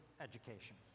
education